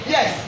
Yes